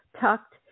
tucked